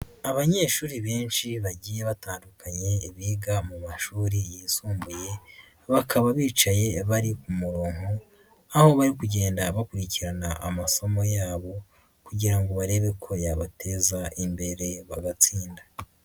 Abanyeshuri benshi bagiye batandukanye biga mu mashuri yisumbuye, bakaba bicaye bari ku murongo, aho bari kugenda bakurikirana amasomo yabo kugira ngo barebe ko yabateza imbere bagatsinda.